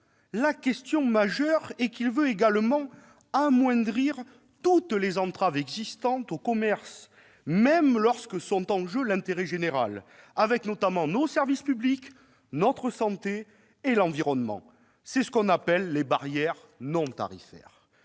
son enjeu majeur est de viser également à amoindrir toutes les entraves existantes au commerce, même lorsqu'est en jeu l'intérêt général, avec notamment nos services publics, notre santé et l'environnement. C'est ce que l'on appelle les barrières non tarifaires.